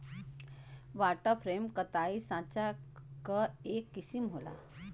water frame कताई साँचा क एक किसिम होला